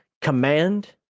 command